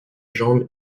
jambe